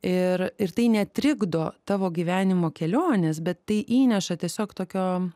ir ir tai netrikdo tavo gyvenimo kelionės bet tai įneša tiesiog tokio